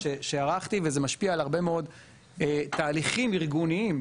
שערכתי וזה משפיע על הרבה מאוד תהליכים ארגוניים,